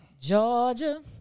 Georgia